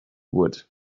would